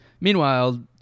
Meanwhile